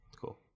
Cool